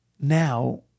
now